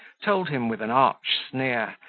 told him, with an arch sneer,